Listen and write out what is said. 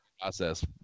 process